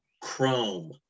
chrome